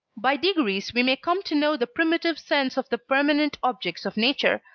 by degrees we may come to know the primitive sense of the permanent objects of nature,